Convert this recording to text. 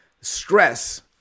stress